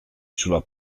sulla